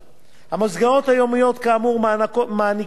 המסגרות היומיות כאמור מעניקות ויוצרות לאנשים